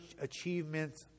achievements